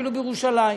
אפילו בירושלים.